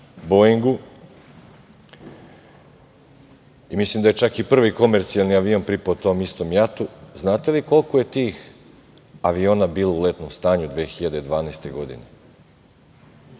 Boingu i mislim da je čak i prvi komercijalni avion pripao tom istom JAT-u. Znate li koliko je tih aviona bilo u letnom stanju 2012. godine?